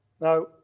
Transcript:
Now